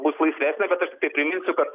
bus laisvesnė bet aš tiktai priminsiu kad